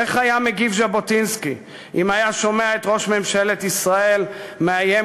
איך היה מגיב ז'בוטינסקי אם היה שומע את ראש ממשלת ישראל מאיים